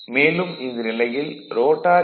மேலும் இந்த நிலையில் ரோட்டார் ஈ